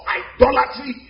idolatry